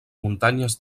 muntanyes